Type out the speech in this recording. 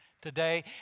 today